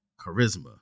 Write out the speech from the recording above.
charisma